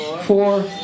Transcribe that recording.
four